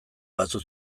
batzuk